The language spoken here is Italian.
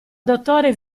dottore